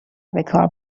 بکار